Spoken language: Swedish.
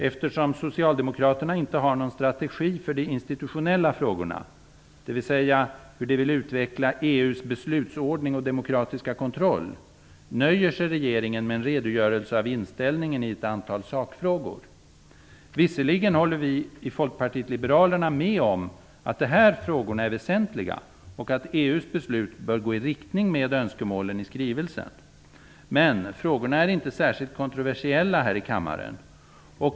Eftersom socialdemokraterna inte har någon strategi för de institutionella frågorna - dvs. hur de vill utveckla EU:s beslutsordning och demokratiska kontroll - nöjer sig regeringen med en redogörelse av inställningen i ett antal sakfrågor. Visserligen håller vi i Folkpartiet liberalerna med om att de här frågorna är väsentliga och att EU:s beslut bör gå i riktning med önskemålen i skrivelsen. Men frågorna är inte särskilt kontroversiella här i kammaren.